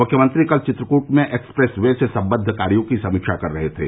मुख्यमंत्री कल चित्रकूट में एक्सप्रेस वे से सम्बद्ध कार्यो की समीक्षा कर रहे थे